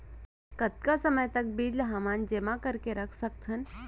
कतका समय तक बीज ला हमन जेमा करके रख सकथन?